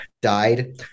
died